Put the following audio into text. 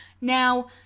Now